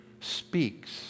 speaks